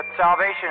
salvation